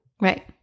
Right